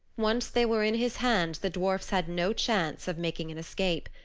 once they were in his hands the dwarfs had no chance of making an escape.